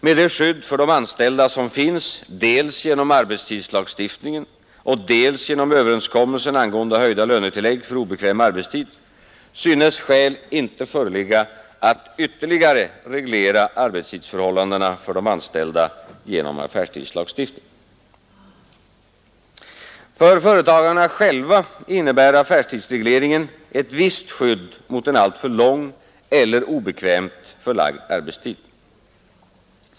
Med det skydd för de anställda som finns dels genom arbetstidslagstiftningen och dels genom överenskommelsen angående höjda lönetillägg för obekväm arbetstid synes skäl inte föreligga att ytterligare reglera arbetstidsförhållandena för de anställda genom affärstidslagstiftning. För företagarna själva innebär affärstidsregleringen ett visst skydd mot en alltför lång eller obekvämt förlagd arbetstid.